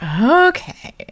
okay